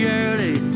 early